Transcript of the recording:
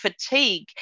fatigue